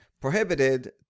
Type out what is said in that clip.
prohibited